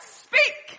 speak